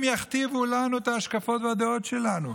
הם יכתיבו לנו את ההשקפות והדעות שלנו.